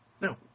No